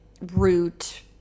root